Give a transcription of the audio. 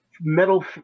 metal